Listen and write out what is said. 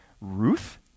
Ruth